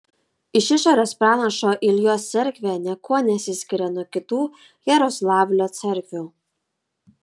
iš išorės pranašo iljos cerkvė niekuo nesiskiria nuo kitų jaroslavlio cerkvių